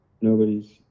nobody's